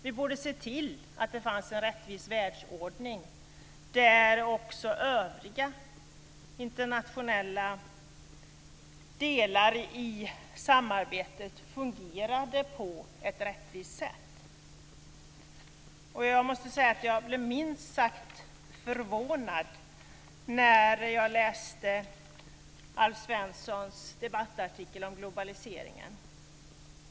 Vi borde se till att det fanns en rättvis världsordning där också övriga internationella delar i samarbetet fungerar på ett rättvist sätt. Jag blev minst sagt förvånad när jag läste Alf Svenssons debattartikel om globaliseringen.